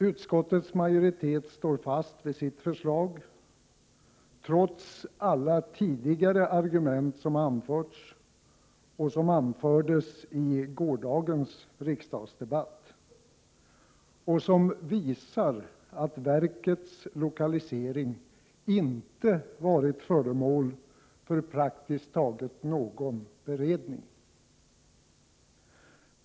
Utskottets majoritet står fast vid sitt förslag trots alla tidigare argument som anförts och som anfördes i gårdagens riksdagsde 57 batt och som visar att verkets lokalisering praktiskt taget inte varit föremål för någon beredning alls.